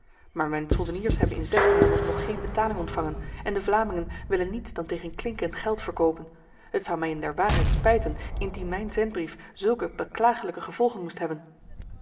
maar mijn soldeniers hebben in zes maanden nog geen betaling ontvangen en de vlamingen willen niets dan tegen klinkend geld verkopen het zou mij in der waarheid spijten indien mijn zendbrief zulke beklagelijke gevolgen moest hebben